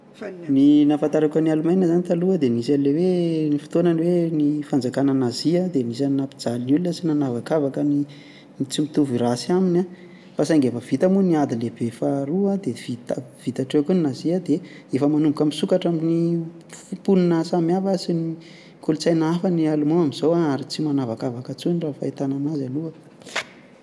Ny nahafantarako an'i alemaina izany taloha dia misy an'ilay hoe nisy fotoana hoe ny fanjakana nazi dia anisany nampijaly olona sy nanavakavaka ny tsy mitovy race aminy an fa saingy efa vita moa ny ady lehibe faharoa dia vita vita hatreo koa ny nazi dia efa manomboka misokatra amin'ny mponina samihafa sy ny kolontsaina hafa ny alemand alin'izao an, ary tsy manavakavaka intsony raha ny fahitana an'azy aloha.